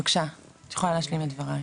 בבקשה, את יכולה להשלים את דברייך.